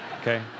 Okay